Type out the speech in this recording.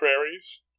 prairies